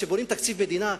כשבונים תקציב מדינה,